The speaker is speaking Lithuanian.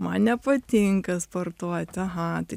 man nepatinka sportuot aha tai